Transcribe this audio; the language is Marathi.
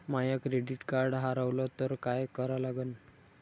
माय क्रेडिट कार्ड हारवलं तर काय करा लागन?